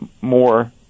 more